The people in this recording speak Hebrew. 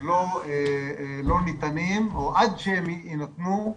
לא ניתנים או עד שהם יינתנו,